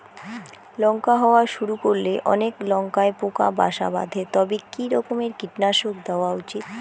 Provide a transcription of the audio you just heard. লঙ্কা হওয়া শুরু করলে অনেক লঙ্কায় পোকা বাসা বাঁধে তবে কি রকমের কীটনাশক দেওয়া উচিৎ?